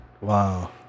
Wow